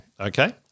Okay